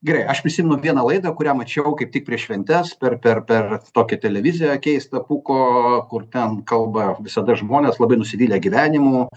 gerai aš prisimenu vieną laidą kurią mačiau kaip tik prieš šventes per per per tokią televiziją keistą pūko kur ten kalba visada žmonės labai nusivylę gyvenimu